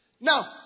Now